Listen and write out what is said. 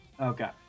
Okay